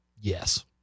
Yes